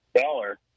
dollar